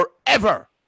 forever